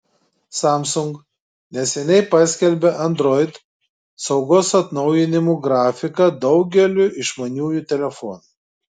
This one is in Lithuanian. samsung neseniai paskelbė android saugos atnaujinimų grafiką daugeliui išmaniųjų telefonų